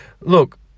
Look